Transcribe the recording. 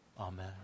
Amen